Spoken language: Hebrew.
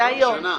השנה?